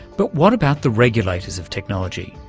but what about the regulators of technology?